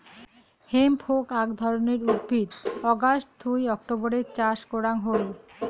hemp হউক আক ধরণের উদ্ভিদ অগাস্ট থুই অক্টোবরের চাষ করাং হই